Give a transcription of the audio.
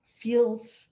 feels